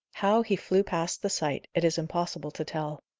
how he flew past the sight, it is impossible to tell.